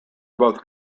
both